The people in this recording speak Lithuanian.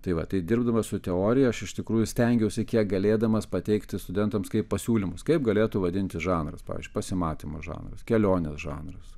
tai va tai dirbdamas su teorija aš iš tikrųjų stengiausi kiek galėdamas pateikti studentams kaip pasiūlymus kaip galėtų vadintis žanrus pavyzdžiui pasimatymo žanras kelionės žanras